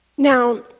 Now